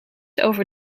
over